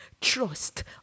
Trust